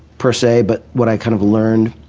per say, but what i kind of learned